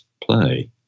play